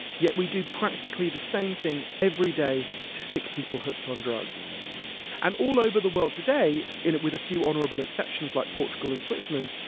yet we do practically the same thing every day to sick people hooked on drugs and all over the world today, in with a few honorable exceptions, like portugal and switzerland,